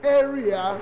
area